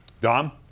Dom